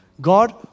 God